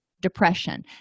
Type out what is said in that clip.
depression